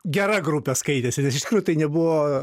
gera grupė skaitėsi nes iš tikrųjų tai nebuvo